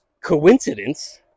coincidence